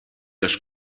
los